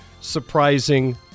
surprising